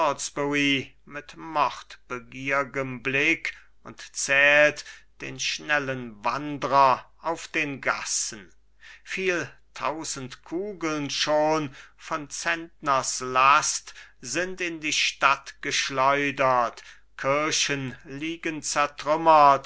mit mordbegiergem blick und zählt den schnellen wandrer auf den gassen viel tausend kugeln schon von zentners last sind in die stadt geschleudert kirchen liegen zertrümmert